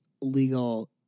legal